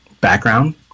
background